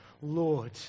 Lord